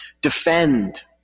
Defend